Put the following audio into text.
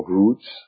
roots